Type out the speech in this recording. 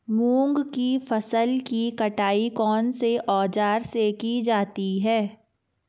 मूंग की फसल की कटाई कौनसे औज़ार से की जाती है?